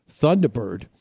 Thunderbird